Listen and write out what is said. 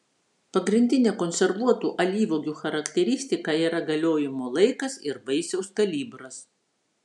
pagrindinė konservuotų alyvuogių charakteristika yra galiojimo laikas ir vaisiaus kalibras